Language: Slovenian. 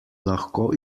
lahko